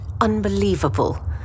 unbelievable